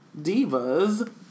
divas